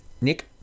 Nick